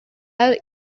are